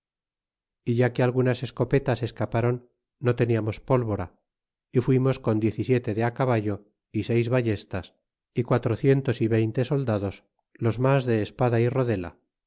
é ya que algunas escopetas escapáron no teniamos pólvora y fuimos con diez y siete de acaballe y seis vallestas y guaicocientos y veinte soldados los mas de espada y rodela